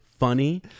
funny